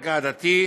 רקע עדתי,